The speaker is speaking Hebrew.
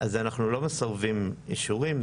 אנחנו לא מסרבים אישורים.